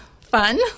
fun